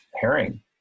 herring